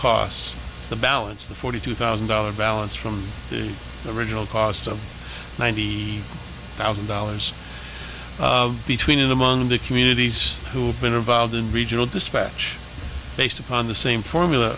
costs the balance the forty two thousand dollars balance from the original cost of ninety thousand dollars of between among the communities who've been involved in regional dispatch based upon the same formula